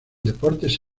deportes